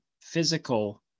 physical